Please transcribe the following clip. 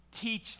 teach